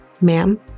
Ma'am